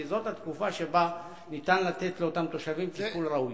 כי זאת התקופה שבה ניתן לתת לאותם תושבים טיפול ראוי.